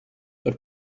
but